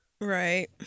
right